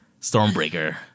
Stormbreaker